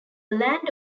land